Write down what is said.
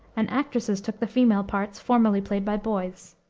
and actresses took the female parts formerly played by boys.